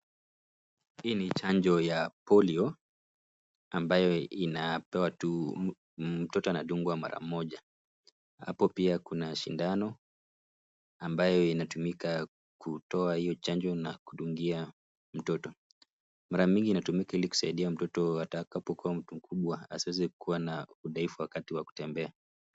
Hii ni chanjo ya polio ,ambayo inapewa tu mtoto anadungwa mara moja . Hapo pia Kuna sindano ,ambayo inatumika kutoa hio chanjo na kudungia mtoto. Mara mingi inatumika ili kumsaidia mtoto atakapokuwa mtu mkubwa asiweze kuwa na udhaifu wakati wa kutembea.